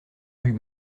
rue